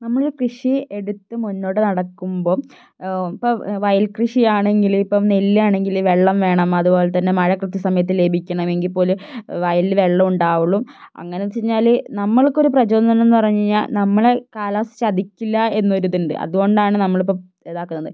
നമ്മള് കൃഷി എടുത്ത് മുന്നോട്ട് നടക്കുമ്പോള് ഇപ്പോള് വയൽകൃഷിയാണെങ്കില് ഇപ്പോള് നെല്ലാണെങ്കില് വെള്ളം വേണം അതുപോലെതന്നെ മഴ കൃത്യസമയത്ത് ലഭിക്കണം എങ്കില് മാത്രമേ വയലില് വെള്ളമുണ്ടാവുകയുള്ളൂ അങ്ങനെ വെച്ചുകഴിഞ്ഞാല് നമുക്കൊരു പ്രചോദനമെന്ന് പറഞ്ഞുകഴിഞ്ഞാല് നമ്മളെ കാലാവസ്ഥ ചതിക്കില്ലെന്നൊരു ഇതുണ്ട് അതുകൊണ്ടാണ് നമ്മളിപ്പോള് ഇതാക്കുന്നത്